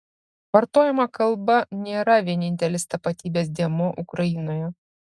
vartojama kalba nėra vienintelis tapatybės dėmuo ukrainoje